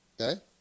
okay